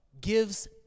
gives